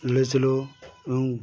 লড়েছিল এবং